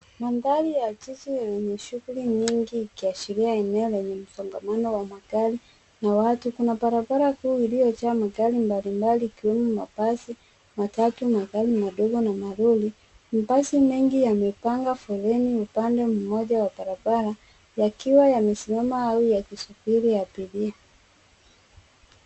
Mandhari ya jiji yenye shughuli nyingi, ikiashiria eneo lenye msongamano wa magari na watu. Kuna barabara kuu iliyojaa magari mbalimbali ikiwemo mabasi, matatu na gari madogo na malori .Mabasi mengi yamepanga foleni upande mmoja wa barabara yakiwa yakisimama au yakisubiri abiria.